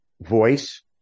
voice